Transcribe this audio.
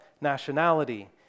nationality